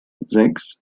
sechs